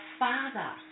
father